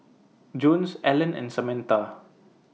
Jones Alan and Samatha